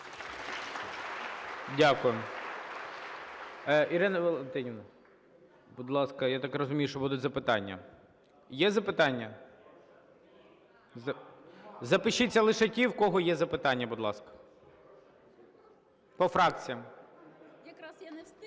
Дякую. Ірина Валентинівна, будь ласка, я так розумію, що будуть запитання. Є запитання? Запишіться лише ті, в кого є запитання, будь ласка. По фракціям.